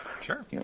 Sure